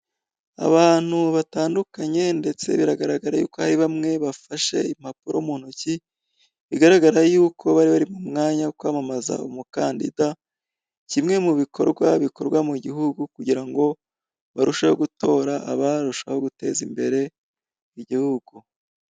Abantu batandunkanye ndetse biragaragara yuko ari bamwe bafashe impapuro mu ntoki, bigaragara yuko bari bari m'umwanya wo kwamamaza umukandida, kimwe mu bikorwa bikorwa mu gihugu kugira ngo barusheho gutora abarushaho guteza imbere igihugu.